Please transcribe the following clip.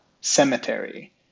cemetery